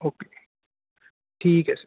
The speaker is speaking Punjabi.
ਓਕੇ ਠੀਕ ਹੈ ਸਰ